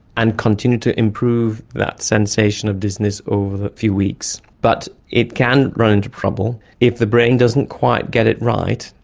and continue to improve that sensation of dizziness over a few weeks. but it can run into trouble if the brain doesn't quite get it right,